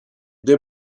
des